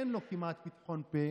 שאין לו כמעט פתחון פה,